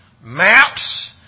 maps